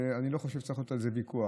אני לא חושב שצריך להיות על זה ויכוח.